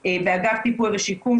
חנה, בוקר טוב.